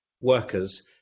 workers